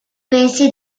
pensi